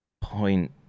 point